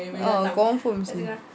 ah confirm seh